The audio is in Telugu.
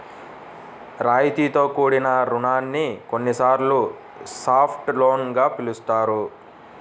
రాయితీతో కూడిన రుణాన్ని కొన్నిసార్లు సాఫ్ట్ లోన్ గా పిలుస్తారు